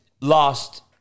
lost